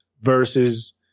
versus